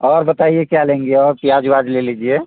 और बताइए क्या लेंगी और प्याज उवाज ले लीजिए